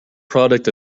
product